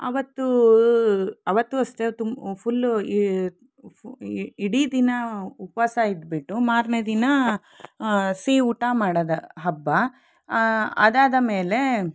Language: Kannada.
ಆವತ್ತು ಅವತ್ತು ಅಷ್ಟೇ ತುಂ ಫುಲ್ಲು ಈ ಫು ಇಡೀ ದಿನ ಉಪವಾಸ ಇದ್ಬಿಟ್ಟು ಮಾರನೇ ದಿನ ಸಿಹಿ ಊಟ ಮಾಡೋದು ಹಬ್ಭ ಅದಾದ ಮೇಲೆ